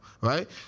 right